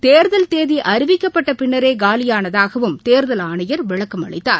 தேர்தல் தேதிஅறிவிக்கப்பட்டபின்னரேகாலியானதாகவும் தேர்தல் ஆணையர் விளக்கம் அளித்தார்